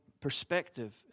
perspective